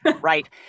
right